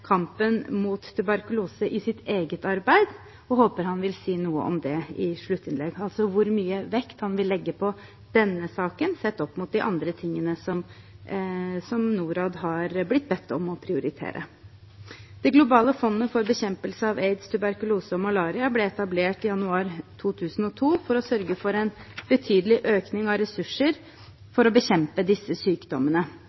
kampen mot tuberkulose i sitt eget arbeid, og håper han vil si noe om det i sitt sluttinnlegg, altså hvor mye vekt han vil legge på denne saken, sett opp mot de andre tingene Norad har blitt bedt om å prioritere. Det globale fondet for bekjempelse av aids, tuberkulose og malaria ble etablert i januar 2002 for å sørge for en betydelig økning av ressurser